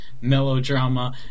melodrama